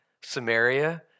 Samaria